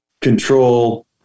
control